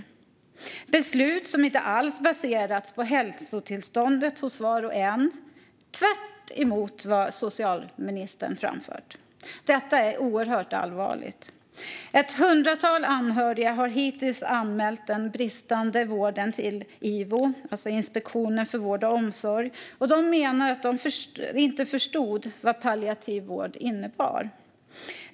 Det är beslut som inte alls har baserats på hälsotillståndet hos var och en, tvärtemot vad socialministern har framfört. Detta är oerhört allvarligt. Ett hundratal anhöriga har hittills anmält den bristande vården till IVO, Inspektionen för vård och omsorg. De menar att de inte förstod vad palliativ vård innebar.